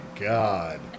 god